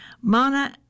Mana